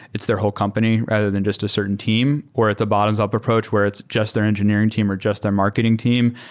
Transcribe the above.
it's their whole company rather than just a certain team, or at the bottoms up approach where it's just their engineering team or just their marketing team.